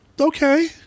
okay